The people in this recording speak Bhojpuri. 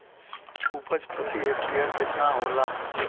उपज प्रति हेक्टेयर केतना होला?